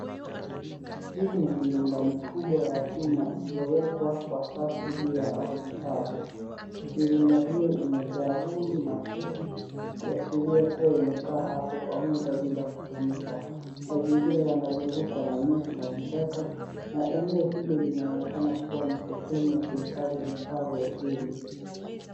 Hii ni mirunda mikubwa ya chuma iliyowekwa kwa safu juu ya ardhi kavu. Mirunda hii imejaa vumbi na kutu, ikiashiria kua imekaa hapa kwa muda bila kutumika. Mazingira yanazungukwa na miti na vichaka, na eneo hili linaonekana kua ni sehemu ya kuhifahdi vifaa vya ujenzi.